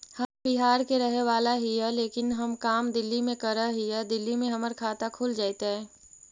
हम बिहार के रहेवाला हिय लेकिन हम काम दिल्ली में कर हिय, दिल्ली में हमर खाता खुल जैतै?